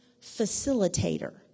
facilitator